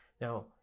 Now